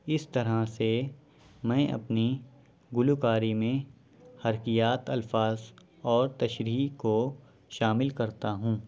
اس طرح سے میں اپنی گلوکاری میں حرکیات الفاظ اور تشریح کو شامل کرتا ہوں